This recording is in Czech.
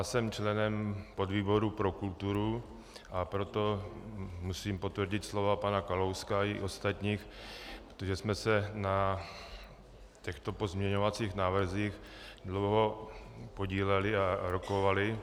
Jsem členem podvýboru pro kulturu, a proto musím potvrdit slova pana Kalouska i ostatních, protože jsme se na těchto pozměňovacích návrzích dlouho podíleli a rokovali.